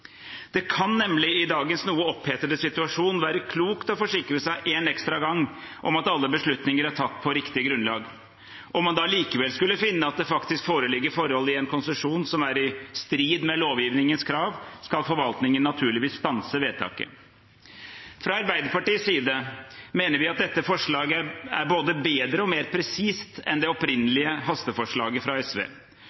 Det kan nemlig, i dagens noe opphetede situasjon, være klokt å forsikre seg en ekstra gang om at alle beslutninger er tatt på riktig grunnlag. Om man da likevel skulle finne at det faktisk foreligger forhold i en konsesjon som er i strid med lovgivningens krav, skal forvaltningen naturligvis stanse vedtaket. Fra Arbeiderpartiets side mener at vi at dette forslaget er både bedre og mer presist enn det